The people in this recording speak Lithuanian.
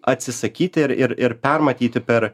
atsisakyti ir ir ir permatyti per